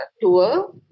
tour